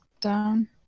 down